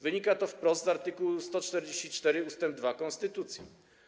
Wynika to wprost z art. 144 ust. 2 konstytucji.